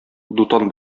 дутан